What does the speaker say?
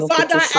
Father